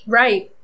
right